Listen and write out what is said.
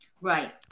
Right